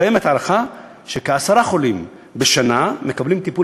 קיימת הערכה שכעשרה חולים בשנה מקבלים טיפול